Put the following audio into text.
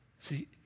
See